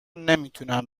نمیتونم